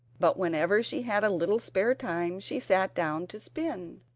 but whenever she had a little spare time she sat down to spin.